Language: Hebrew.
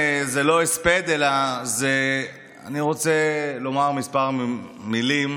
זה לא הספד אלא אני רוצה לומר כמה מילים.